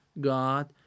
God